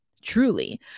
truly